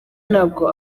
ntabwo